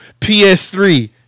PS3